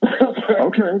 Okay